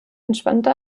entstammte